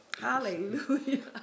hallelujah